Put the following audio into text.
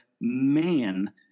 man